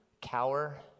cower